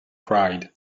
cried